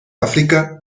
áfrica